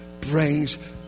brings